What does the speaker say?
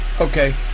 okay